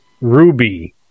Ruby